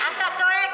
אתה טועה,